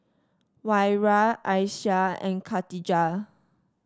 Wira Aishah and Khatijah